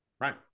Right